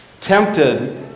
tempted